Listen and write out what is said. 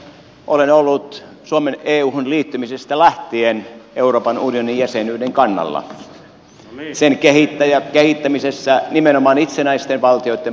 olen ollut suomen euhun liittymisestä lähtien euroopan unionin jäsenyyden kannalla sen kehittämisessä nimenomaan itsenäisten valtioitten pohjalta